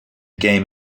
game